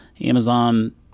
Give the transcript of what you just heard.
Amazon